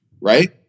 Right